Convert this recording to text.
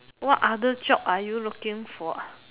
what other job are you looking for